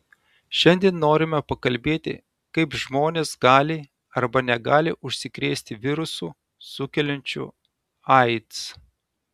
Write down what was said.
šiandien norime pakalbėti kaip žmonės gali arba negali užsikrėsti virusu sukeliančiu aids